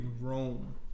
Rome